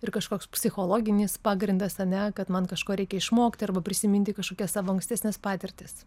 ir kažkoks psichologinis pagrindas ar ne kad man kažko reikia išmokti arba prisiminti kažkokias savo ankstesnes patirtis